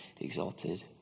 exalted